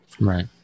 Right